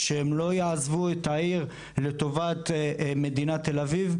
שהם לא יעזבו את העיר לטובת מדינת תל אביב?